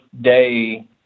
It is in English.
day